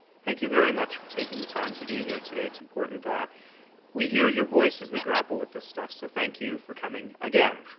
thank you very much for taking the time to be here today. it's important that we hear your voice as we grapple with in stuff, so thank you for coming again